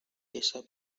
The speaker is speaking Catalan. ésser